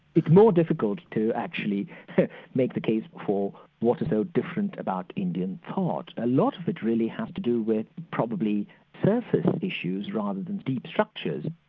it's more difficult to actually make the case for what is so different about indian thought. a lot of it really has to do with probably surface issues rather than deep structures.